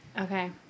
Okay